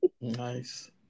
nice